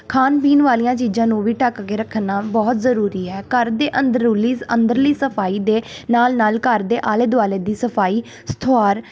ਖਾਣ ਪੀਣ ਵਾਲੀਆਂ ਚੀਜ਼ਾਂ ਨੂੰ ਵੀ ਢੱਕ ਕੇ ਰੱਖਣਾ ਬਹੁਤ ਜ਼ਰੂਰੀ ਹੈ ਘਰ ਦੇ ਅੰਦਰੂਨੀ ਅੰਦਰਲੀ ਸਫਾਈ ਦੇ ਨਾਲ ਨਾਲ ਘਰ ਦੇ ਆਲੇ ਦੁਆਲੇ ਦੀ ਸਫਾਈ ਸਥੋਆਰ